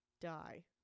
die